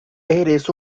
eres